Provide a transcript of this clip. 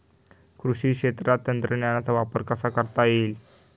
कृषी क्षेत्रात तंत्रज्ञानाचा वापर कसा करता येईल?